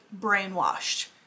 brainwashed